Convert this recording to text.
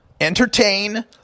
entertain